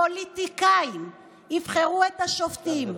הפוליטיקאים יבחרו את השופטים,